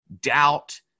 doubt